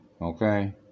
Okay